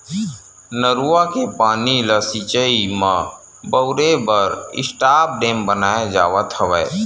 नरूवा के पानी ल सिचई म बउरे बर स्टॉप डेम बनाए जावत हवय